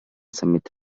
summit